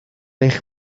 eich